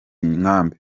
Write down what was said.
inkambi